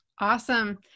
awesome